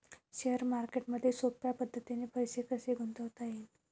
Share मार्केटमधी सोप्या पद्धतीने पैसे कसे गुंतवता येईन?